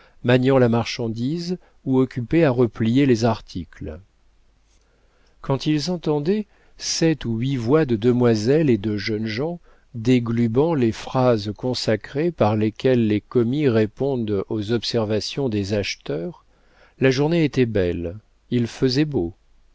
maniant la marchandise ou occupées à replier les articles quand ils entendaient sept ou huit voix de demoiselles et de jeunes gens déglubant les phrases consacrées par lesquelles les commis répondent aux observations des acheteurs la journée était belle il faisait beau